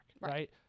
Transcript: Right